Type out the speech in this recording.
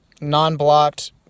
non-blocked